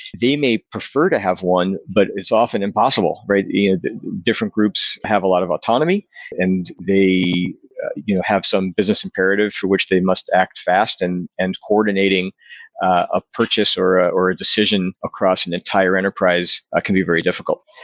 they may prefer to have one, but it's often impossible. ah different groups have a lot of autonomy and they you know have some business imperative for which they must act fast and and coordinating a purchase or ah or a decision across an entire enterprise can be very difficult.